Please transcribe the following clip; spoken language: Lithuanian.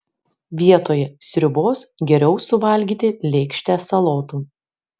vietoj sriubos geriau suvalgyti lėkštę salotų